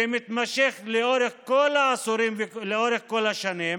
שמתמשך לאורך כל העשורים ולאורך כל השנים,